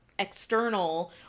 external